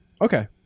Okay